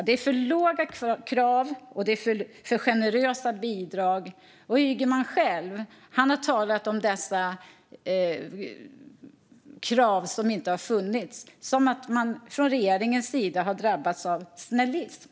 Kraven är för låga och bidragen för generösa. Ygeman själv har talat om krav som inte har funnits som om man från regeringens sida har drabbats av snällism.